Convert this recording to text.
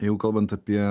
jeigu kalbant apie